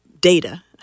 data